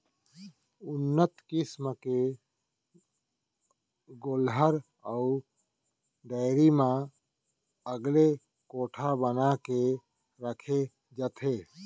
उन्नत किसम के गोल्लर ल डेयरी म अलगे कोठा बना के रखे जाथे